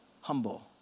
humble